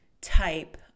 type